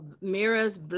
Mirrors